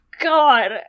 God